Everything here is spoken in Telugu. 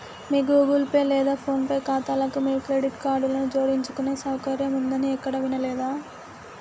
మీ గూగుల్ పే లేదా ఫోన్ పే ఖాతాలకు మీ క్రెడిట్ కార్డులను జోడించుకునే సౌకర్యం ఉందని ఎక్కడా వినలేదే